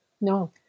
No